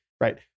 right